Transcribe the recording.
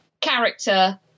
character